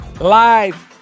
live